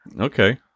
Okay